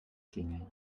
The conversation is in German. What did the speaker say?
klingeln